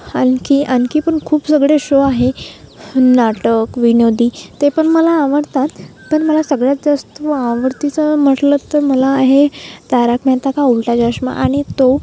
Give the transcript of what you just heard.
हलकी आणखी पण खूप सगळे शो आहे नाटक विनोदी ते पण मला आवडतात पण मला सगळ्यात जास्त आवडतीचा म्हटलंत तर मला आहे तारक मेहता का उल्टा चष्मा आणि तो